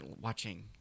watching